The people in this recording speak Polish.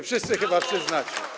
Wszyscy chyba przyznacie.